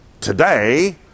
Today